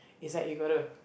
is like you got to